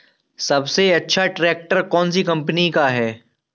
सबसे अच्छा ट्रैक्टर कौन सी कम्पनी का है?